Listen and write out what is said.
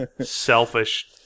Selfish